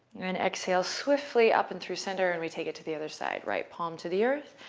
then exhale swiftly up and through center, and we take it to the other side. right palm to the earth.